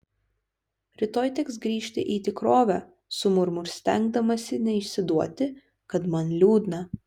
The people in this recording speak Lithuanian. rytoj teks grįžti į tikrovę sumurmu stengdamasi neišsiduoti kad man liūdna